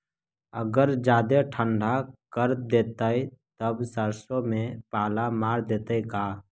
अगर जादे ठंडा कर देतै तब सरसों में पाला मार देतै का?